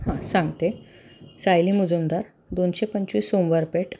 हां सांगते सायली मुजुमदार दोनशे पंचवीस सोमवार पेठ